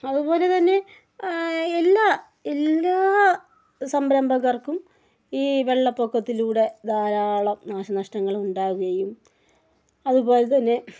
അതുപോലെ തന്നെ എല്ലാ എല്ലാ സംരംഭകർക്കും ഈ വെള്ളപ്പൊക്കത്തിലൂടെ ധാരാളം നാശനഷ്ടങ്ങൾ ഉണ്ടാവുകയും അതുപോലെ തന്നെ